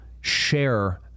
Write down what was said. share